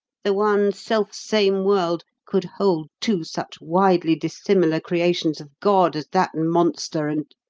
the one self-same world, could hold two such widely dissimilar creations of god as that monster and.